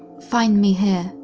find me here,